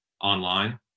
online